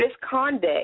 misconduct